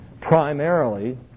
primarily